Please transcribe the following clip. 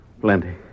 Plenty